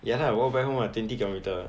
ya lah walk back home lah twenty kilometre